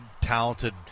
talented